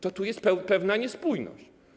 To tu jest pewna niespójność.